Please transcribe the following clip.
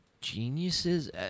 geniuses